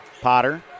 Potter